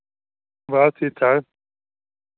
बस ठीक ठाक